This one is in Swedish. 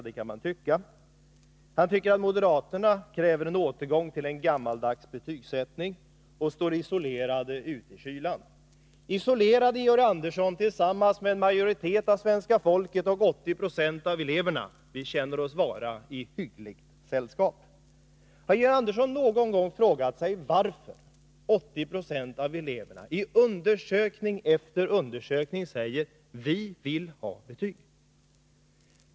Det kan man tycka. Han anför att moderaterna kräver en återgång till en gammaldags betygsättning och står isolerade ute i kylan. Isolerade, Georg Andersson, tillsammans med en majoritet av svenska folket och 80 96 av eleverna! Vi känner oss vara i hyggligt sällskap. Har Georg Andersson någon gång frågat sig varför 80 26 av eleverna, i undersökning efter undersökning, säger: Vi vill ha betyg?